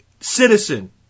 citizen